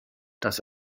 das